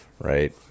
right